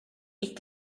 ich